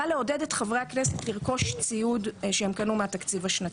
זה בא לעודד את חברי הכנסת לרכוש את הציוד שהם קנו מהתקציב השנתי.